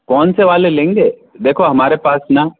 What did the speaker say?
कौन से वाले लेंगे देखो हमारे पास ना